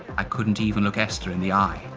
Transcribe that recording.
i couldn't even look esther in the eye.